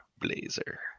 blazer